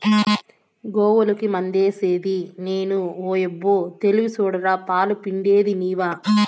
గోవులకి మందేసిది నేను ఓయబ్బో తెలివి సూడరా పాలు పిండేది నీవా